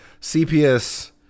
CPS